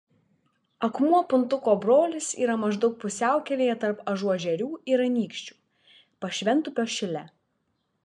akmuo puntuko brolis yra maždaug pusiaukelėje tarp ažuožerių ir anykščių pašventupio šile